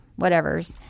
whatevers